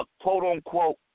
quote-unquote